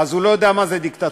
הוא לא יודע מה זו דיקטטורה,